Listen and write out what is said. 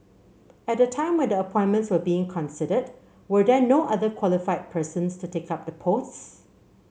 at the time when the appointments were being considered were there no other qualified persons to take up the posts